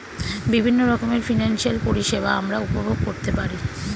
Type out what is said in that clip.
বিভিন্ন রকমের ফিনান্সিয়াল পরিষেবা আমরা উপভোগ করতে পারি